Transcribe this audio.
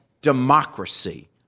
democracy